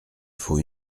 faut